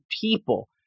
people